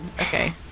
Okay